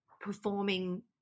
performing